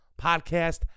podcast